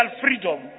freedom